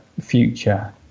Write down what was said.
future